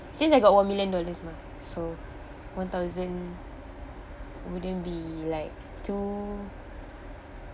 since I got one million dollars mah so one thousand wouldn't be like too